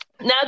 Now